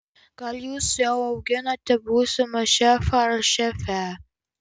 gal jūs jau auginate būsimą šefą ar šefę